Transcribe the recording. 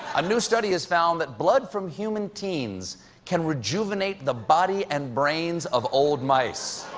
ah new study has found that blood from human teens can rejuvenate the body and brains of old mice.